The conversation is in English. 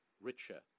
richer